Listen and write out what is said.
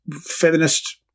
feminist